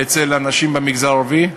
אצל הנשים במגזר הערבי.